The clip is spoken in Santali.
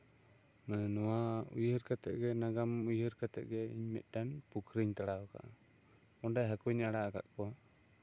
ᱢᱟᱱᱮ ᱱᱚᱣᱟ ᱩᱭᱦᱟᱹᱨ ᱠᱟᱛᱮᱜ ᱜᱮ ᱱᱟᱜᱟᱢ ᱩᱭᱦᱟᱹᱨ ᱠᱟᱛᱮᱜ ᱜᱮ ᱤᱧ ᱢᱤᱫᱴᱟᱝ ᱯᱩᱠᱷᱨᱤᱧ ᱛᱟᱲᱟᱣ ᱠᱟᱜᱼᱟ ᱚᱸᱰᱮ ᱦᱟᱹᱠᱩᱧ ᱟᱲᱟᱜ ᱠᱟᱜ ᱠᱚᱣᱟ